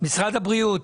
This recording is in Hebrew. משרד הבריאות,